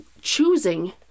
choosing